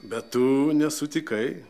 bet tu nesutikai